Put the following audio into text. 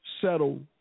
settle